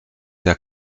der